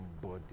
body